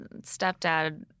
stepdad